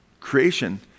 creation